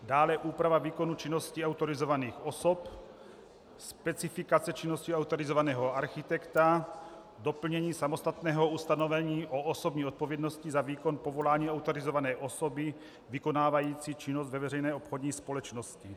Dále, úprava výkonu činnosti autorizovaných osob, specifikace činnosti autorizovaného architekta, doplnění samostatného ustanovení o osobní odpovědnosti za výkon povolání autorizované osoby vykonávající činnost ve veřejné obchodní společnosti.